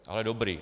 Ale dobrý.